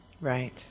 right